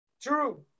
true